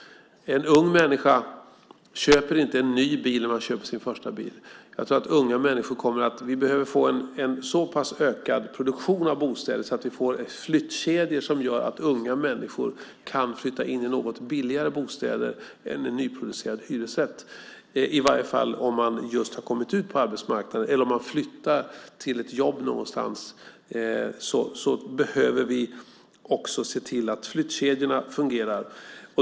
Unga människor köper inte heller en ny bil när de köper sin första bil. Jag tror att vi behöver få en så pass ökad produktion av bostäder att vi får flyttkedjor som gör att unga människor kan flytta in i billigare bostäder än en nyproducerad hyresrätt, i varje fall om man just kommit ut på arbetsmarknaden. Flyttar man till ett jobb någonstans ska också flyttkedjorna fungera.